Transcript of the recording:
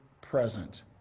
present